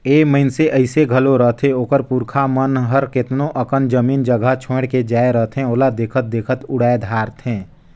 ए मइनसे अइसे घलो रहथें ओकर पुरखा मन हर केतनो अकन जमीन जगहा छोंएड़ के जाए रहथें ओला देखत देखत उड़ाए धारथें